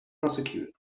prosecuted